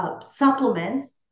Supplements